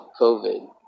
COVID